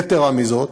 יתרה מזו,